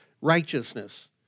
righteousness